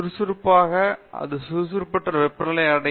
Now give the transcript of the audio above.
சுறுசுறுப்பாக அது சுற்றுப்புற வெப்பநிலையை அடையும்